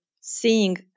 seeing